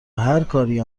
هرکاری